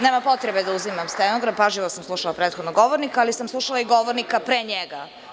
Nema potrebe da uzimam stenogram, pažljivo sam slušala prethodnog govornika, ali sam slušala i govornika pre njega.